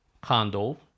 condo